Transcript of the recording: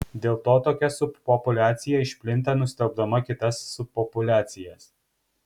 dėl to tokia subpopuliacija išplinta nustelbdama kitas subpopuliacijas